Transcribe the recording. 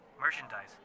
Merchandise